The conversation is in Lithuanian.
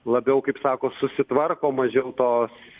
labiau kaip sako susitvarko mažiau tos